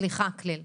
סליחה, כליל.